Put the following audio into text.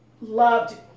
loved